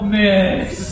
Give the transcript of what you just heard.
miss